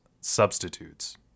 substitutes